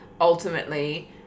ultimately